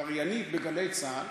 קריינית בגלי צה"ל.